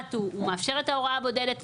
הנב"ת הוא מאפשר את ההוראה הבודדת,